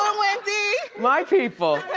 um wendy? my people.